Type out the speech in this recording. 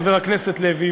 חבר הכנסת לוי,